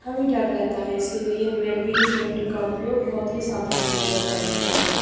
का भी डर रहता है इसीलिए हमें एल पी जी सिलिन्डर का उपयोग बहुत ही सावधानीपूर्वक करना चाहिए